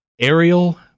aerial